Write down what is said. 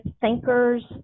thinkers